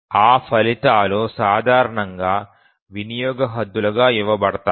ఆ ఫలితాలు సాధారణంగా వినియోగ హద్దులుగా ఇవ్వబడతాయి